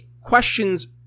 questions